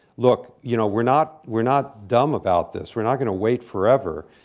look, you know, we're not we're not dumb about this. we're not going to wait forever.